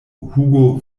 hugo